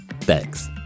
Thanks